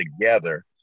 together